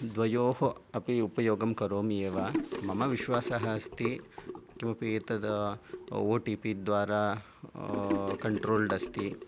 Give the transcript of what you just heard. द्वयोः अपि उपयोगं करोमि एव मम विश्वासः अस्ति किमपि एतद् ओ टि पि द्वारा कण्ट्रोल्ड् अस्ति